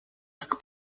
как